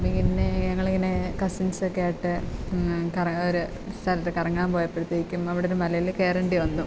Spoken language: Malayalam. പിന്നെ ഞങ്ങൾ ഇങ്ങനെ കസിൻസ് ഒക്കെ ആയിട്ട് കറങ്ങാൻ ഒരു സ്ഥലത്ത് കറങ്ങാൻ പോയപ്പോഴത്തേക്കും അവിടെ ഒരു മലയിൽ കയറേണ്ടി വന്നു